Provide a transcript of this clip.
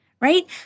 right